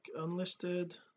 unlisted